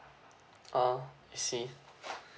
(uh huh) I see